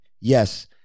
Yes